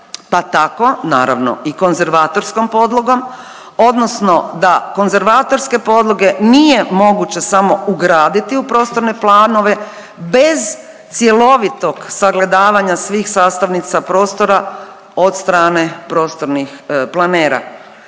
pa tako naravno i konzervatorskom podlogom odnosno da konzervatorske podloge nije moguće samo ugraditi u prostorne planove bez cjelovitog sagledavanja svih sastavnica prostora od strane prostornih planera.